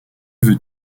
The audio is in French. veux